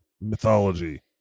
Mythology